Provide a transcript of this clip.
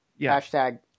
Hashtag